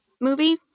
movie